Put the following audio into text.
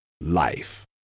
life